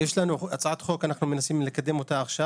יש לנו הצעת חוק בנושא הזה שאנחנו מנסים לקדם עכשיו,